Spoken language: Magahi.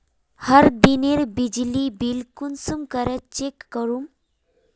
हर दिनेर बिजली बिल कुंसम करे चेक करूम?